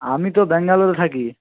আমি তো ব্যাঙ্গালোরে থাকি